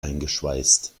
eingeschweißt